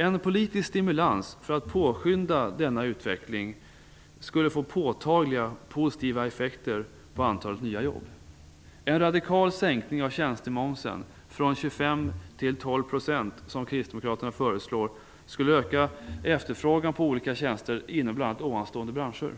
En politisk stimulans för att påskynda denna utveckling skulle få påtagliga positiva effekter på antalet nya jobb. En radikal sänkning av tjänstemomsen från 25 till 12 %, som kristdemokraterna föreslår, skulle öka efterfrågan på olika tjänster inom bl.a. nämnda branscher